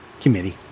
committee